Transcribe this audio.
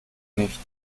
nicht